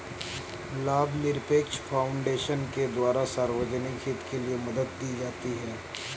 लाभनिरपेक्ष फाउन्डेशन के द्वारा सार्वजनिक हित के लिये मदद दी जाती है